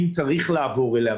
אם צריך לעבור אליה,